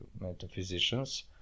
metaphysicians